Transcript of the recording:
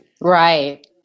Right